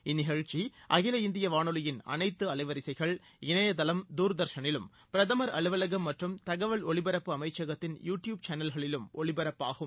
இந்நிகழ்ச்சி அகில இந்திய வானொலியின் அனைத்து அலைவரிசைகள் தூர்தர்ஷனிலும் பிரதமர் அலுவலகம் மற்றும் தகவல் ஒலிபரப்பு அமைச்சகத்தின் யூ டியூப் சேனல்களிலும் ஒலிபரப்பாகும்